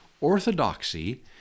orthodoxy